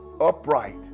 upright